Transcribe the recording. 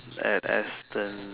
at Aston